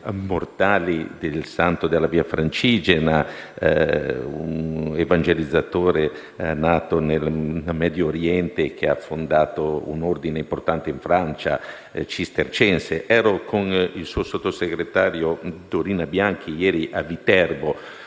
mortali del Santo della via Francigena, un evangelizzatore nato nel Medio Oriente che ha fondato un importante ordine cistercense in Francia. Ieri ero con il suo sottosegretario Dorina Bianchi a Viterbo.